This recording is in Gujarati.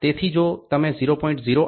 તેથી જો તમે 0